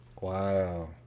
wow